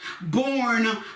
born